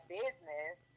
business